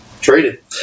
traded